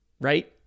Right